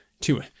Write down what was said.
two